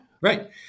right